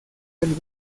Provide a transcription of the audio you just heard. del